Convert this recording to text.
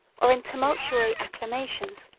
or in tumultuary acclamations,